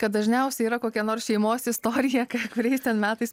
kad dažniausiai yra kokia nors šeimos istorija ką kuriais metais